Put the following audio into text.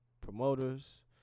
promoters